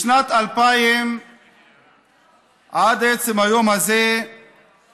משנת 2000 עד עצם היום הזה נהרגו